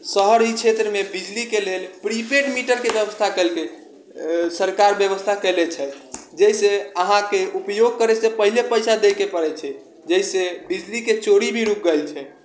शहरी क्षेत्रमे बिजलीके लेल प्रीपेड मीटरके बेबस्था केलकै सरकार बेबस्था कएले छै जाहिसँ अहाँके उपयोग करैसँ पहिले पइसा दैके पड़ै छै जाहिसँ बिजलीके चोरी भी रुकि गेल छै